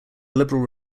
liberal